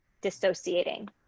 Dissociating